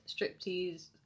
striptease